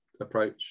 approach